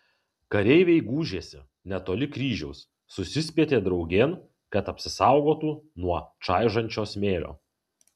kareiviai gūžėsi netoli kryžiaus susispietė draugėn kad apsisaugotų nuo čaižančio smėlio